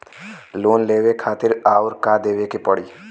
Loan लेवे खातिर अउर का देवे के पड़ी?